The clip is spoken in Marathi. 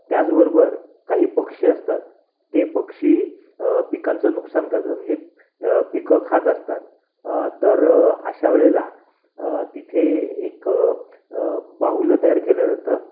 त्याचबरोबर काही पक्षी असतात ते पक्षी पिकांचं नुकसान करतात म्हणजे पिकं खात असतात तर अशा वेळेला तिथे एक बाहुलं तयार केलं जातं